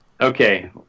Okay